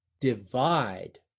divide